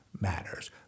matters